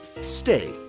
stay